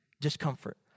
discomfort